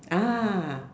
ah